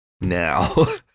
Now